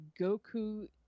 Goku